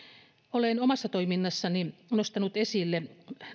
olen omassa toiminnassani nostanut esille